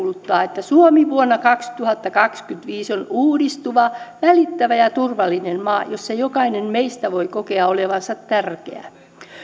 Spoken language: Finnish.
peräänkuuluttaa että suomi vuonna kaksituhattakaksikymmentäviisi on uudistuva välittävä ja turvallinen maa jossa jokainen meistä voi kokea olevansa tärkeä